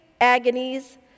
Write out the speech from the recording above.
agonies